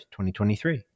2023